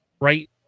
Right